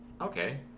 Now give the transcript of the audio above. okay